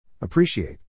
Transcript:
Appreciate